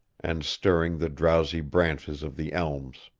and stirring the drowsy branches of the elms.